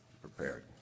prepared